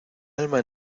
alma